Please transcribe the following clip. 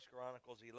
Chronicles